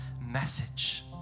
message